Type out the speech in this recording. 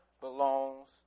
belongs